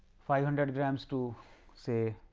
five hundred grams to say